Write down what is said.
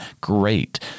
great